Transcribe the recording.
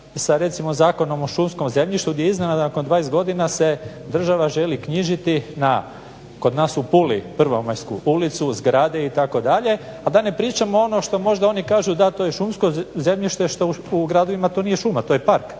sa recimo Zakonom o šumskom zemljištu gdje iznenada nakon 20 godina se država želi knjižiti na kod nas u Puli Prvomajsku ulicu, zgrade itd. a da ne pričamo ono što možda oni kažu da to je šumsko zemljište što u gradovima to nije šuma. To je park.